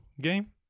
game